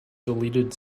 deleted